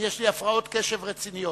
יש לי הפרעות קשב רציניות.